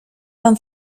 wam